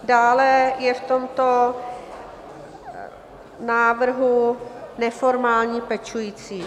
Dále je v tomto návrhu neformální pečující.